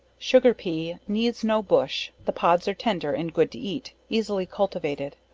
sugar pea, needs no bush, the pods are tender and good to eat, easily cultivated.